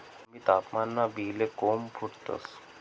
कमी तापमानमा बी ले कोम फुटतंस